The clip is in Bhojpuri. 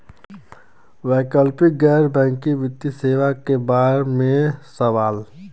वैकल्पिक गैर बैकिंग वित्तीय सेवा के बार में सवाल?